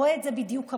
רואה את זה בדיוק כמוני.